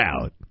out